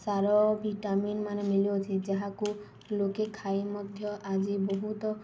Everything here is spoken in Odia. ସାର୍ ଭିଟାମିନ୍ମାନେ ମିଳୁଅଛି ଯାହାକୁ ଲୋକେ ଖାଇ ମଧ୍ୟ ଆଜି ବହୁତ